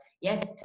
Yes